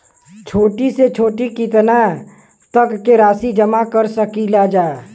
छोटी से छोटी कितना तक के राशि जमा कर सकीलाजा?